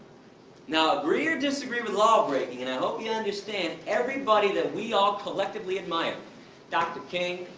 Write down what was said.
now, agree or disagree with lawbreaking, and i hope you understand, everybody that we all collectively admire dr. king,